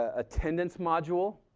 ah attendance module,